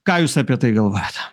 ką jūs apie tai galvojat